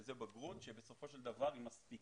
שזו בגרות שבסופו של דבר היא מספיקה